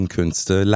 Künste